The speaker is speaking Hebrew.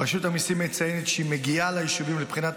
רשות המיסים מציינת שהיא מגיעה ליישובים לבחינת